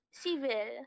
civil